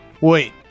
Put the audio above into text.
Wait